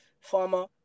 Farmer